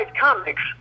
comics